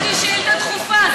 הגשתי שאילתה דחופה.